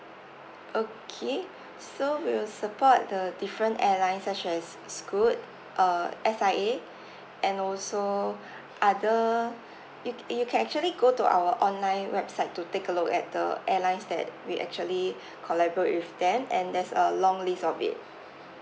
okay so we'll support the different airlines such as scoot uh S_I_A and also other you you can actually go to our online website to take a look at the airlines that we actually collaborate with them and there's a long list of it